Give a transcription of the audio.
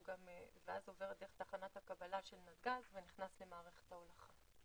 ואז עובר דרך תחנת הקבלה של נתג"ז ונכנס למערכת ההולכה.